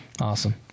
Awesome